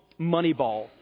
Moneyball